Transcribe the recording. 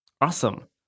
Awesome